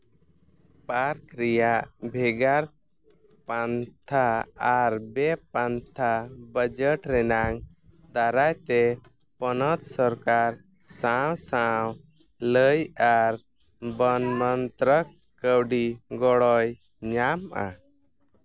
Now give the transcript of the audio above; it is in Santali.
ᱯᱟᱨᱠ ᱨᱮᱭᱟᱜ ᱵᱷᱮᱜᱟᱨ ᱯᱟᱱᱛᱷᱟ ᱟᱨ ᱵᱮᱼᱯᱟᱱᱛᱷᱟ ᱵᱟᱡᱮᱴ ᱨᱮᱱᱟᱝ ᱫᱟᱨᱟᱭᱛᱮ ᱯᱚᱱᱚᱛ ᱥᱚᱨᱠᱟᱨ ᱥᱟᱶᱼᱥᱟᱶ ᱞᱟᱹᱭ ᱟᱨ ᱵᱚᱱᱢᱚᱱᱛᱨᱚᱠ ᱠᱟᱹᱣᱰᱤ ᱜᱚᱲᱚᱭ ᱧᱟᱢᱼᱟ